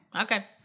Okay